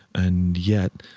and yet,